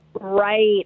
Right